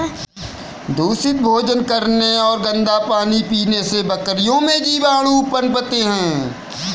दूषित भोजन करने और गंदा पानी पीने से बकरियों में जीवाणु पनपते हैं